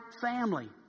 family